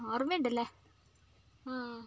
ഓർമ്മയുണ്ട് അല്ലെ